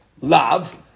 love